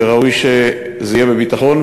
וראוי שזה יהיה בביטחון.